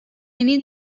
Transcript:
need